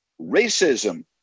racism